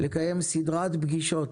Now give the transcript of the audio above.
לקיים סדרת פגישות,